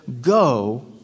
go